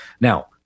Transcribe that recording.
Now